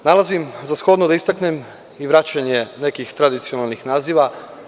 Nalazim za shodno da istaknem i vraćanje nekih tradicionalnih naziva.